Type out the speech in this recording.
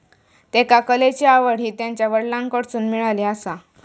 त्येका कलेची आवड हि त्यांच्या वडलांकडसून मिळाली आसा